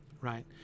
right